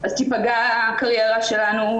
תיפגע הקריירה שלנו,